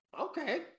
Okay